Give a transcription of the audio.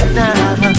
now